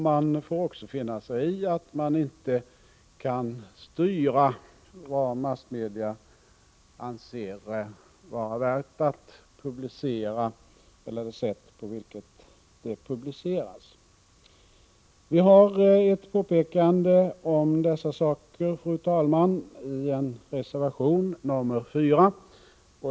De får också finna sig i att de inte kan styra vad massmedia anser vara värt att publicera eller det sätt på vilket det publiceras. jä Vi gör ett påpekande om detta, fru talman, i reservation nr 4.